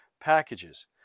packages